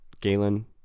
Galen